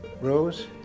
Rose